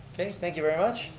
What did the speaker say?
thank you very much.